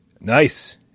nice